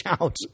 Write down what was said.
out